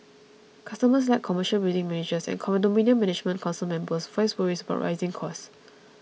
customers like commercial building managers and condominium management council members voiced worries about rising costs